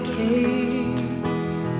case